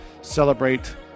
celebrate